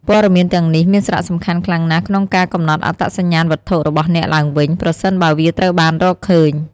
ព័ត៌មានទាំងនេះមានសារៈសំខាន់ខ្លាំងណាស់ក្នុងការកំណត់អត្តសញ្ញាណវត្ថុរបស់អ្នកឡើងវិញ ប្រសិនបើវាត្រូវបានរកឃើញ។